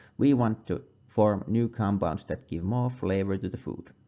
we want to form new compounds that give more flavor to the food.